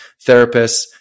therapists